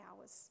hours